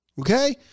okay